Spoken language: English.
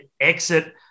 exit